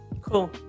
Cool